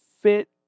Fit